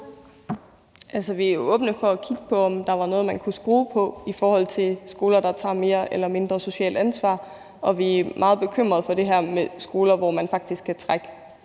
Vi er åbne for at kigge på, om der er noget, man kan skrue på i forhold til skoler, der tager mere eller mindre socialt ansvar, og vi er meget bekymret for det her med, at skoler faktisk kan trække